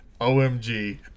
OMG